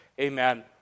Amen